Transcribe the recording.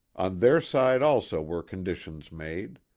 their side also were conditions made.